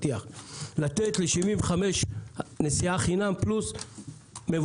לתת לגיל 75 פלוס נסיעה חינם, זה מבורך.